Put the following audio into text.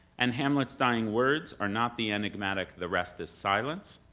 and hamlet's dying words are not the enigmatic the rest is silence,